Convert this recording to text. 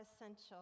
essential